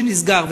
שנסגר,